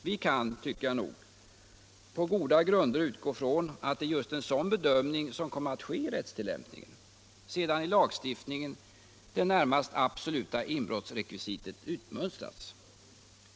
Vi kan — det tycker jag nog — på goda grunder utgå från att det just är en sådan bedömning som kommer att ske i rättstillämpningen sedan i lagstiftningen det närmast absoluta inbrottsrekvisitet utmönstrats.